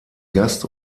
gast